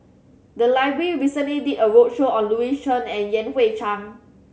the library recently did a roadshow on Louis Chen and Yan Hui Chang